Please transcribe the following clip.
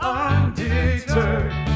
undeterred